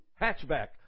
hatchback